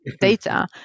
data